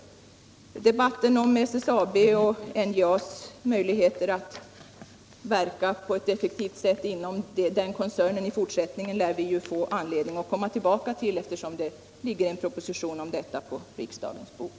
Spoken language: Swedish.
Debatten om SSAB:s och NJA:s möjligheter att verka på ett effektivt sätt inom den koncernen i fortsättningen lär vi få anledning att komma tillbaka till, eftersom det ligger en proposition om detta på riksdagens bord.